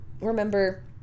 remember